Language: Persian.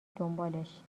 دنبالش